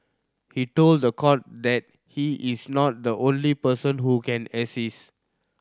he told the court that he is not the only person who can assist